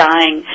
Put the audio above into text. Dying